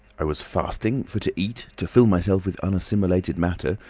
i was fasting for to eat, to fill myself with unassimilated matter,